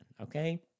okay